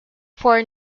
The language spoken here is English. four